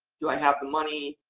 do i have the money?